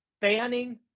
fanning